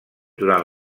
durant